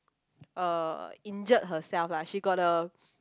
uh injured herself lah she got a